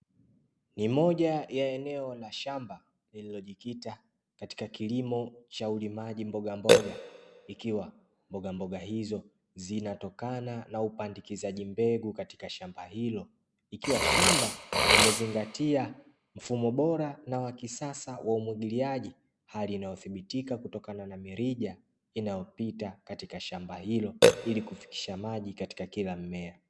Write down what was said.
Ni moja ya eneo la shamba lililojikita katika kilimo cha ulimaji mbogamboga, ikiwa mbogamboga hizo zinatokana na upandikizaji mbegu katika shamba hilo, ikiwa shamba limezingatia mfumo bora na wa kisasa wa umwagiliaji. Hali inayothibitika kutokana na mirija, inayopita katika shamba hilo ili kufikisha maji katika kila mmea.